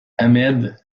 ahmed